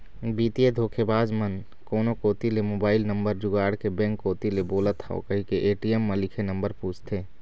बित्तीय धोखेबाज मन कोनो कोती ले मोबईल नंबर जुगाड़ के बेंक कोती ले बोलत हव कहिके ए.टी.एम म लिखे नंबर पूछथे